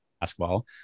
basketball